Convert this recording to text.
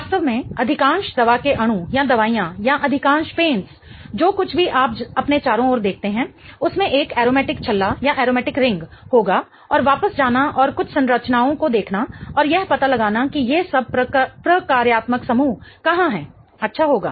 वास्तव में अधिकांश दवा के अणु या दवाइयाँ या अधिकांश पेंट्स जो कुछ भी आप अपने चारों ओर देखते हैं उसमें एक एरोमेटिक छल्ला होगा और वापस जाना और कुछ संरचनाओं को देखना और यह पता लगाना कि ये सब प्रकार्यात्मक समूह कहाँ हैं अच्छा होगा